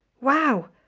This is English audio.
Wow